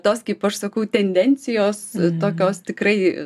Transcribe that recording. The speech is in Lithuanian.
tos kaip aš sakau tendencijos tokios tikrai